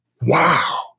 wow